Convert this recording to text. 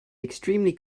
extremely